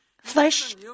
Flesh